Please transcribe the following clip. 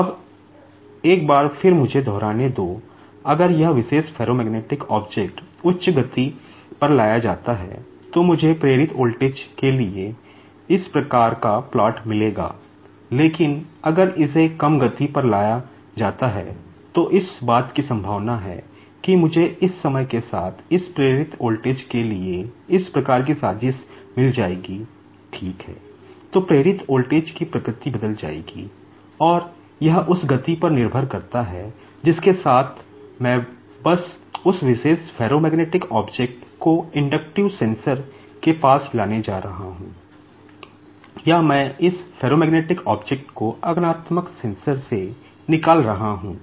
अब एक बार फिर मुझे दोहराने दो अगर यह विशेष फेरोमैग्नेटिक ऑब्जेक्ट से निकाल रहा हूं